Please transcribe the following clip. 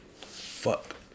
fuck